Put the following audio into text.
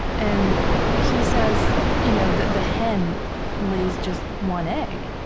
and he says you know that the hen lays just one egg,